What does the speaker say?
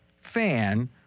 fan